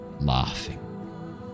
laughing